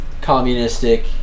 communistic